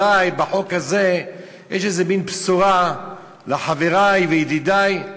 אולי בחוק הזה יש איזה מין בשורה לחברי וידידי.